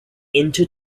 into